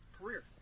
career